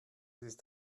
ist